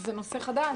זה נושא חדש.